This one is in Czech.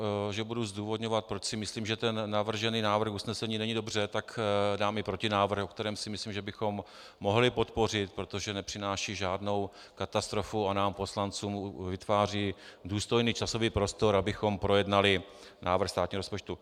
Já kromě toho, že budu zdůvodňovat, proč si myslím, že ten navržený návrh usnesení není dobře, dám i protinávrh, který si myslím, že bychom mohli podpořit, protože nepřináší žádnou katastrofu a nám poslancům vytváří důstojný časový prostor, abychom projednali návrh státního rozpočtu.